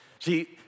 See